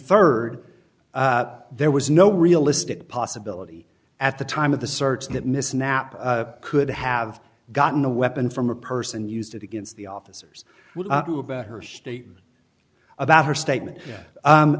third there was no realistic possibility at the time of the search that miss knapp could have gotten a weapon from a purse and used it against the officers to about her state about her statement